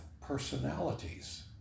personalities